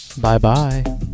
Bye-bye